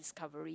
covering